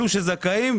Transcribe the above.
אלו שזכאים,